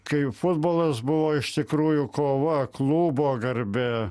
kai futbolas buvo iš tikrųjų kova klubo garbė